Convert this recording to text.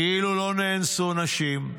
כאילו לא נאנסו נשים,